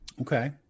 okay